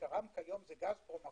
שעיקרם כיום גז פרום הרוסית,